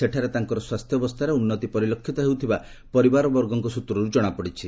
ସେଠାରେ ତାଙ୍କର ସ୍ୱାସ୍ଥ୍ୟାବସ୍ଥାରେ ଉନ୍ନତି ପରିଲକ୍ଷିତ ହେଉଥିବା ପରିବାରବର୍ଗଙ୍କ ସୂତ୍ରରୁ ଜଣାପଡ଼ିଛି